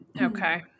Okay